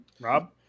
Rob